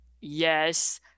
yes